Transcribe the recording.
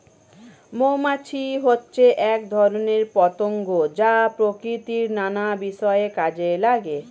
মৌমাছি হচ্ছে এক ধরনের পতঙ্গ যা প্রকৃতির নানা বিষয়ে কাজে লাগে